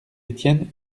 étienne